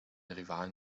rivalen